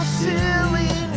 silly